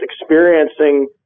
experiencing